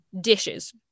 dishes